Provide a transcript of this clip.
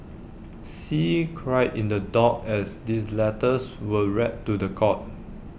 see cried in the dock as these letters were read to The Court